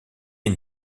une